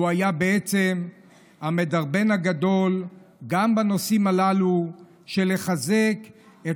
שהוא היה בעצם המדרבן הגדול גם בנושאים הללו של לחזק את